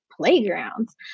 playgrounds